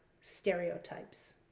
stereotypes